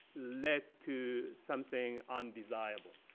led to something undesirable.